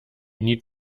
need